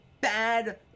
bad